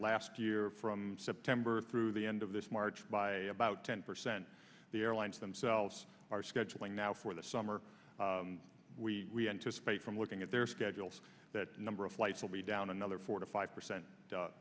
last year from september through the end of this march by about ten percent the airlines themselves are scheduling now for the summer we pay from looking at their schedules that number of flights will be down another forty five percent